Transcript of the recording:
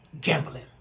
gambling